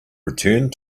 returned